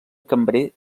cambrer